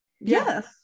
yes